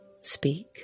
speak